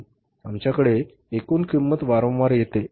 आमच्याकडे एकूण किंमत वारंवार येते